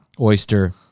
Oyster